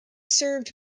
served